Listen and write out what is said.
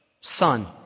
sun